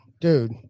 Dude